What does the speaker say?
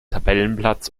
tabellenplatz